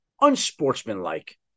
unsportsmanlike